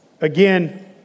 Again